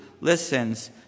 listens